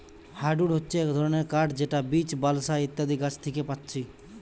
hardwood হচ্ছে এক ধরণের কাঠ যেটা বীচ, বালসা ইত্যাদি গাছ থিকে পাচ্ছি